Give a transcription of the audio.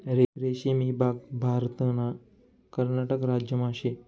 रेशीम ईभाग भारतना कर्नाटक राज्यमा शे